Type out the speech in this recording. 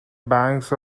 banks